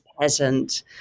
peasant